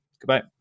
goodbye